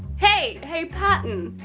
hey! hey pattern!